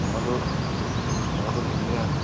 সেইখনটো সেইখনটো ধুনীয়া